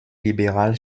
libéral